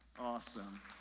Awesome